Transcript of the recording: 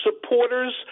supporters